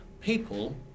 People